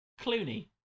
Clooney